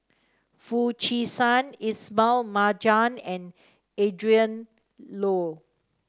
Foo Chee San Ismail Marjan and Adrin Loi